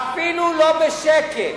אפילו לא בשקל.